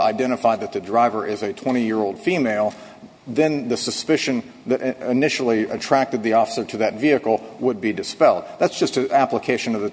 identify that the driver is a twenty year old female then the suspicion that initially attracted the officer to that vehicle would be dispelled that's just an application of the